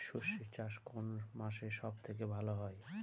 সর্ষে চাষ কোন মাসে সব থেকে ভালো হয়?